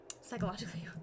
psychologically